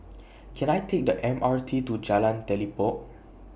Can I Take The M R T to Jalan Telipok